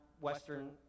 Western